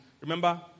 remember